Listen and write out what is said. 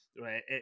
right